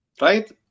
right